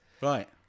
Right